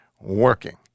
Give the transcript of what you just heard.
working